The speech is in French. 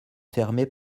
fermé